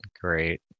great